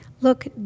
look